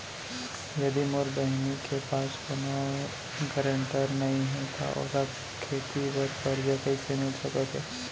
यदि मोर बहिनी के पास कोनो गरेंटेटर नई हे त ओला खेती बर कर्जा कईसे मिल सकत हे?